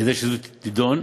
כדי שזו תדון,